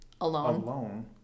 alone